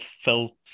felt